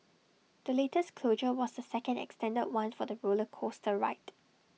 the latest closure was the second extended one for the roller coaster ride